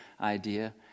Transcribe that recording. idea